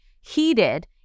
heated